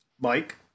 Mike